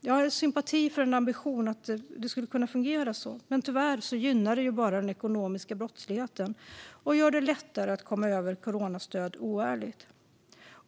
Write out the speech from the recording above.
Jag har sympati för ambitionen att det skulle kunna fungera så, men tyvärr gynnar det bara den ekonomiska brottsligheten och gör det lättare att komma över coronastöd oärligt.